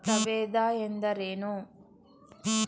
ಪ್ರಭೇದ ಎಂದರೇನು?